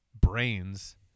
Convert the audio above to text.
brains